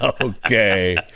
okay